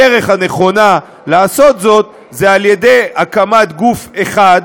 הדרך הנכונה לעשות זאת זה על-ידי הקמת גוף אחד,